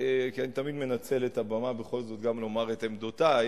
כי אני תמיד מנצל את הבמה בכל זאת גם לומר את עמדותי,